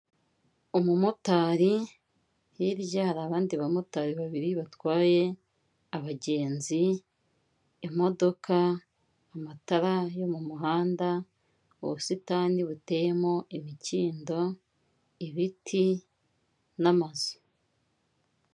Umumotari, hirya hari abandi bamotari babiri batwaye abagenzi, imodoka amatara yo mu muhanda, ubusitani buteyemo imikindo, ibiti n'amazu.